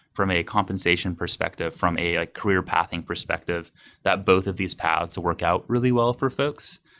from a compensation perspective, from a career pathing perspective that both of these paths work out really well for folks?